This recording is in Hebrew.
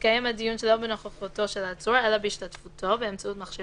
יתקיים הדיון שלא בנוכחותו של העצור אלא בהשתתפותו באמצעות מכשיר